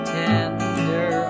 tender